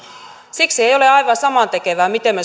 siksi ei ole aivan samantekevää miten me